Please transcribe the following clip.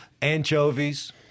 anchovies